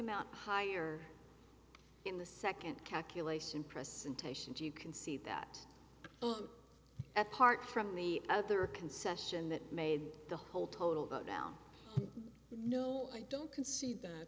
amount higher in the second calculation presentation two you can see that apart from the other concession that made the whole total bell no i don't concede that